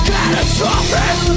Catastrophic